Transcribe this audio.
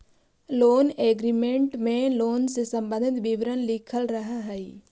loan agreement में loan से संबंधित विवरण लिखल रहऽ हई